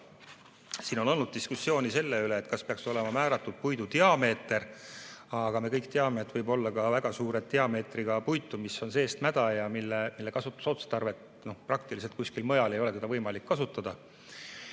Siin on olnud diskussiooni selle üle, kas peaks olema määratud puidu diameeter. Aga me kõik teame, et võib-olla ka väga suure diameetriga puitu, mis on seest mäda ja mida praktiliselt kuskil mujal ei ole võimalik kasutada.